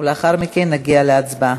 ולאחר מכן נגיע להצבעה.